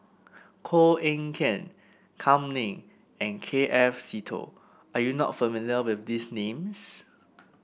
Koh Eng Kian Kam Ning and K F Seetoh are you not familiar with these names